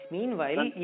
Meanwhile